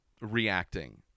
reacting